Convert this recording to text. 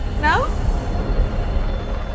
No